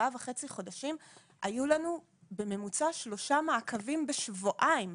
חודשים היו לנו בממוצע 3 מעקבים בשבועיים.